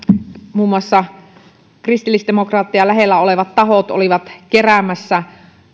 muun muassa kristillisdemokraatteja lähellä olevat tahot olivat keräämässä